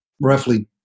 roughly